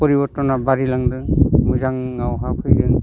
परिबर्टना बारायलांदों मोजाङावहा फैदों